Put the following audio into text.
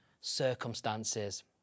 circumstances